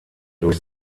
durch